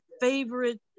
favorite